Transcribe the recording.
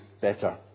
better